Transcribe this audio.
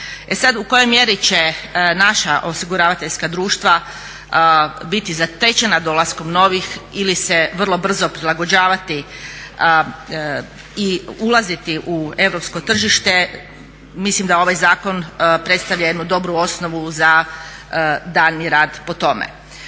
E sad u kojoj mjeri će naša osiguravateljska društva biti zatečena dolaskom novih ili se vrlo brzo prilagođavati i ulaziti u europsko tržište, mislim da ovaj zakon predstavlja jednu dobru osnovu za daljnji rad po tome.